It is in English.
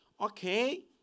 Okay